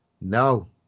No